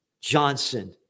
Johnson